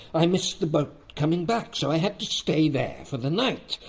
i missed the boat coming back, so i had to stay there for the night!